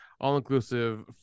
all-inclusive